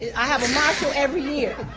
i have a marshall every year.